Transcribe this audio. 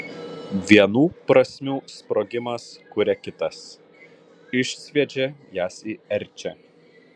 vienų prasmių sprogimas kuria kitas išsviedžia jas į erčią